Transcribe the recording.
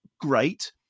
great